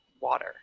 water